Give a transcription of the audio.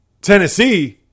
Tennessee